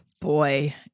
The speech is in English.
boy